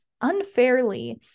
unfairly